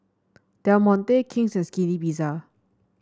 Del Monte King's and Skinny Pizza